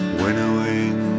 winnowing